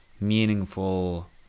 meaningful